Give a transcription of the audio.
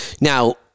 Now